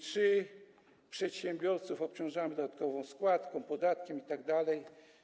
Czy przedsiębiorców obciążamy dodatkową składką, podatkiem itd.